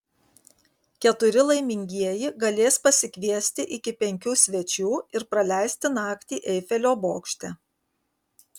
keturi laimingieji galės pasikviesti iki penkių svečių ir praleisti naktį eifelio bokšte